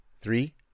Three